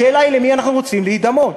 השאלה היא, למי אנחנו רוצים להידמות?